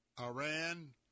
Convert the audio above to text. Iran